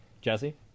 Jesse